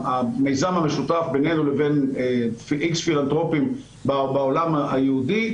המיזם המשותף בינינו לבין איקס פילנתרופים בעולם היהודי,